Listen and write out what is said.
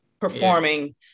performing